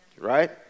right